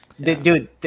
Dude